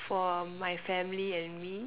for my family and me